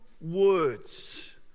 words